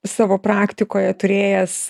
savo praktikoje turėjęs